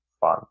fun